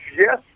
yes